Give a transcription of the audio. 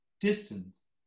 distance